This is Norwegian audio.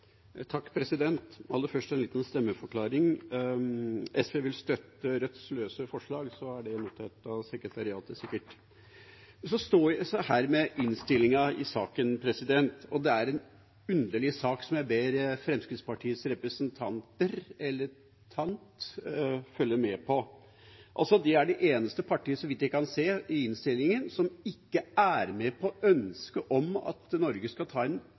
Aller først en liten stemmeforklaring: SV vil støtte Rødts løse forslag, forslag nr. 6. Da er det sikkert notert av sekretariatet. Jeg står her med innstillinga i saken, og det er noe som er underlig, og som jeg ber Fremskrittspartiets representanter – eller representant – følge med på: De er det eneste partiet, så vidt jeg kan se av innstillinga, som ikke er med på ønsket om at Norge skal ta en